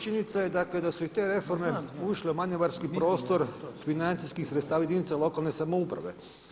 Činjenica je dakle da su i te reforme ušle u manevarski prostor financijskih sredstava jedinica lokalne samouprave.